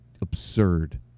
absurd